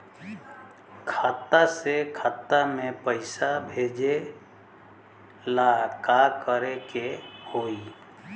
खाता से खाता मे पैसा भेजे ला का करे के होई?